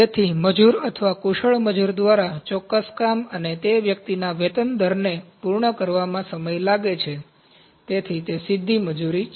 તેથી મજૂર અથવા કુશળ મજૂર દ્વારા ચોક્કસ કામ અને તે વ્યક્તિના વેતન દરને પૂર્ણ કરવામાં સમય લાગે છે તેથી તે સીધી મજૂરી છે